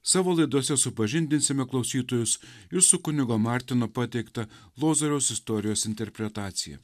savo laidose supažindinsime klausytojus jus su kunigo martino pateikta lozoriaus istorijos interpretacija